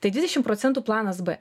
tai dvidešimt procentų planas b